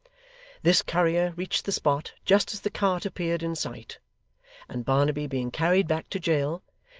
this courier reached the spot just as the cart appeared in sight and barnaby being carried back to jail,